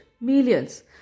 millions